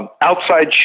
outside